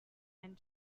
and